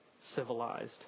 civilized